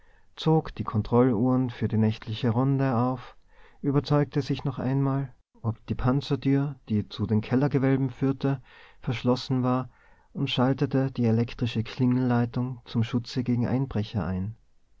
zog die kontrolluhren für die nächtliche ronde auf überzeugte sich noch einmal ob die panzertür die zu den kellergewölben führte verschlossen war und schaltete die elektrische klingelleitung zum schutze gegen einbrecher ein